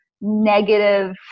negative